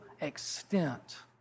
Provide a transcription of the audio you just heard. extent